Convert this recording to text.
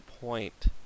point